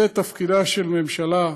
זה תפקידה של ממשלה.